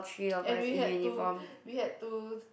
and we had to we had to